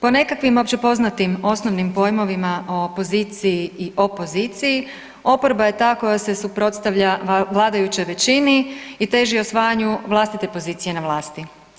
Po nekakvim opće poznatim osnovnim pojmovima o poziciji i opoziciji, oporba je ta koja se suprotstavlja vladajućoj većini i teži osvajanju vlastite pozicije na vlasti.